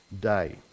day